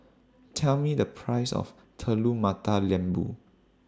Tell Me The Price of Telur Mata Lembu